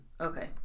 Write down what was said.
Okay